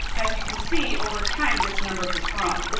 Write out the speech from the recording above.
as you can see, over time this number has grown.